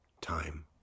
time